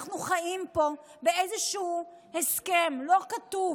אנחנו חיים פה באיזשהו הסכם לא כתוב